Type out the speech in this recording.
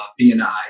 BNI